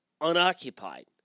unoccupied